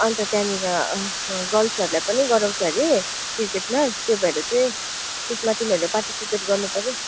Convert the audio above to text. अन्त त्यहाँनिर गर्ल्सहरूलाई पनि गराउँछ हरे क्रिकेट म्याच त्यो भएर चाहिँ त्यसमा तिमीहरूले पार्टिसिपेट गर्नुपऱ्यो